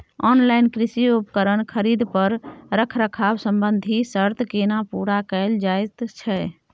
Online कृषि उपकरण खरीद पर रखरखाव संबंधी सर्त केना पूरा कैल जायत छै?